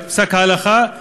את פסק ההלכה,